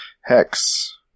hex